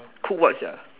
cook what sia